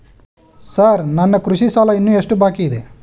Sir ನನ್ನ ಕೃಷಿ ಸಾಲ ಇನ್ನು ಎಷ್ಟು ಬಾಕಿಯಿದೆ?